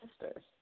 sisters